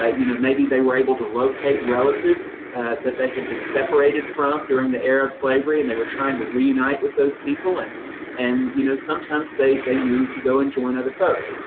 ah you know, maybe they were able to locate relatives that they had been separated from during the era of slavery and they were trying to reunite with those people and and you know, sometimes they they moved to go and join other folks.